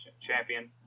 champion